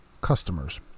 customers